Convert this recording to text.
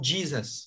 Jesus